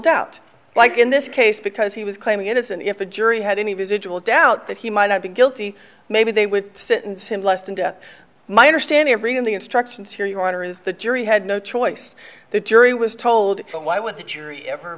doubt like in this case because he was claiming innocence if a jury had any residual doubt that he might have been guilty maybe they would sit and simplest into my understanding of reading the instructions here your honor is the jury had no choice the jury was told so why would the jury ever